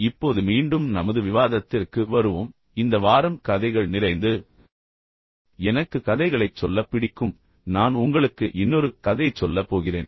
இப்போது மீண்டும் நமது விவாதத்திற்கு வருவோம் நான் சொன்னது போல் இந்த வாரம் கதைகள் நிறைந்தது பின்னர் ஆரம்பத்தில் நான் சொன்னேன் எனக்கு கதைகளைச் சொல்லப் பிடிக்கும் நான் உங்களுக்கு இன்னொரு கதையைச் சொல்லப் போகிறேன்